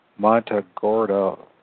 Montagorda